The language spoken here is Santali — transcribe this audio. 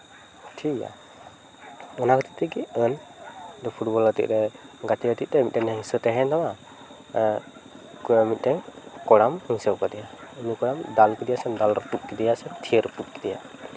ᱴᱷᱤᱠ ᱜᱮᱭᱟ ᱚᱱᱟ ᱠᱷᱟᱹᱛᱤᱨ ᱛᱮᱜᱮ ᱟᱹᱱ ᱯᱷᱩᱴᱵᱚᱞ ᱠᱷᱮᱞ ᱨᱮ ᱠᱷᱮᱞ ᱠᱷᱮᱞ ᱛᱮ ᱢᱤᱫᱴᱮᱱ ᱦᱤᱝᱥᱟᱹ ᱛᱟᱦᱮᱭᱮᱱ ᱛᱟᱢᱟ ᱮᱸᱜ ᱢᱤᱫᱴᱮᱱ ᱠᱚᱲᱟᱢ ᱦᱤᱝᱥᱟᱹᱣ ᱠᱟᱣᱫᱮᱭᱟ ᱩᱱᱤ ᱠᱚᱲᱟᱢ ᱫᱟᱞ ᱠᱮᱫᱮᱭᱟ ᱥᱮ ᱫᱟᱞ ᱨᱟᱹᱯᱩᱫ ᱠᱮᱫᱮᱭᱟ ᱥᱮ ᱛᱷᱤᱭᱟᱹ ᱨᱟᱹᱯᱩᱫ ᱠᱮᱫᱮᱭᱟ